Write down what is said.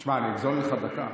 תשמע, אני אגזול ממך דקה.